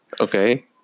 Okay